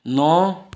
ਨੌ